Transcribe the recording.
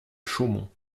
chaumont